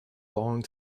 long